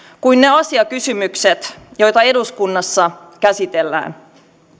kuin ne asiakysymykset joita eduskunnassa käsitellään